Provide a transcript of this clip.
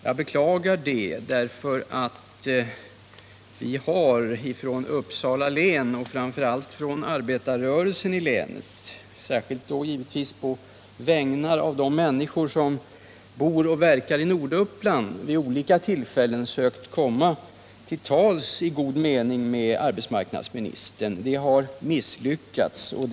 Jag beklagar detta. Framför allt arbetarrörelsen i Uppsala län har — givetvis då särskilt på de människors vägnar som bor och verkar i Norduppland —- vid olika tillfällen sökt att i god mening komma till tals med arbetsmarknadsministern, men vi har misslyckats med detta.